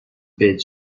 bed